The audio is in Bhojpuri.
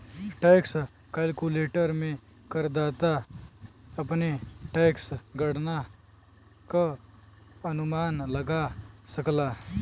टैक्स कैलकुलेटर में करदाता अपने टैक्स गणना क अनुमान लगा सकला